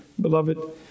beloved